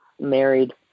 married